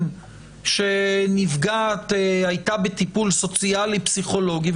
שנפגעת הייתה בטיפול סוציאלי-פסיכולוגי,